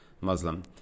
Muslim